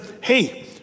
hey